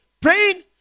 Praying